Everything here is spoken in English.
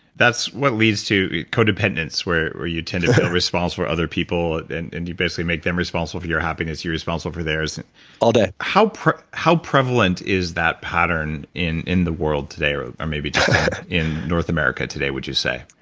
that's what leads to codependence where were you tend to build response for other people and you basically make them responsible for your happiness, you're responsible for theirs all day how how prevalent is that pattern in in the world today or or maybe in north america today would you say?